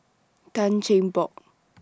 Tan Cheng Bock